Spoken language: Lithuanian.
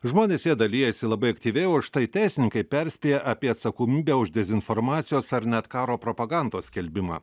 žmonės ja dalijasi labai aktyviai o štai teisininkai perspėja apie atsakomybę už dezinformacijos ar net karo propagandos skelbimą